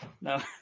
No